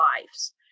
lives